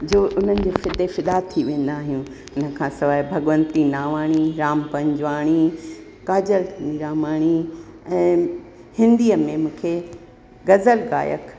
जो उन्हनि जे फिदे फ़िदा थी वेंदा आहियूं हिन खां सवाइ भगवंती नावाणी राम पंजवाणी काजल रामाणी ऐं हिंदीअ में मूंखे ग़ज़ल गायक